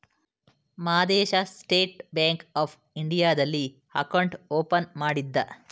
Madesha state bank of ಇಂಡಿಯಾದಲ್ಲಿ account open ಮಾಡಿದ್ದ